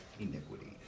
iniquity